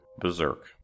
Berserk